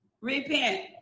repent